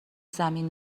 زمین